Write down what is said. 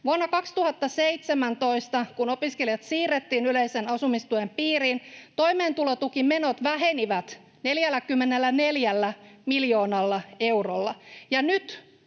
Vuonna 2017, kun opiskelijat siirrettiin yleisen asumistuen piiriin, toimeentulotukimenot vähenivät 44 miljoonalla eurolla. Nyt